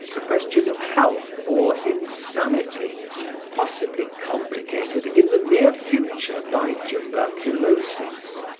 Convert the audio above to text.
a question of health or insanity possibly complicated in the near future by tuberculosis.